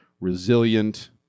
resilient